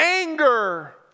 anger